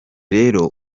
rero